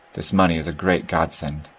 this money is a great godsend.